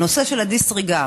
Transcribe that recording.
בנושא של ה-disregard,